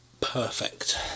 Perfect